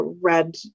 read